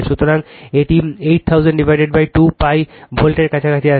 সুতরাং এটি 80002π ভোল্টের কাছাকাছি আসে